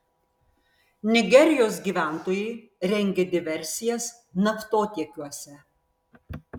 nigerijos gyventojai rengia diversijas naftotiekiuose